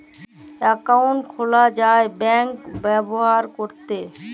account খুলা যায় bank ব্যাভার ক্যরতে